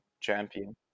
champion